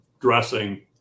dressing